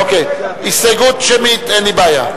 אוקיי, הסתייגות שמית, אין לי בעיה.